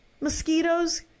mosquitoes